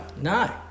No